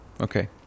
Okay